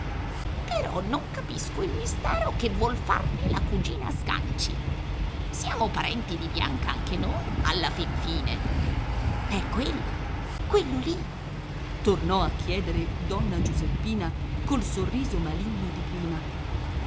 però non capisco il mistero che vuol farne la cugina sganci siamo parenti di bianca anche noi alla fin fine è quello quello lì tornò a chiedere donna giuseppina col sorriso maligno di prima